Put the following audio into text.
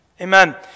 Amen